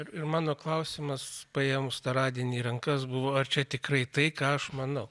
ir mano klausimas paėmus tą radinį į rankas buvo ar čia tikrai tai ką aš manau